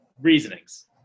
reasonings